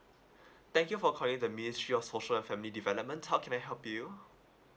thank you for calling the ministry of social and family development how can I help you